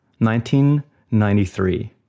1993